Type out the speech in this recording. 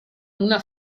una